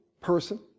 person